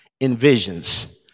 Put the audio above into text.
envisions